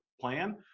plan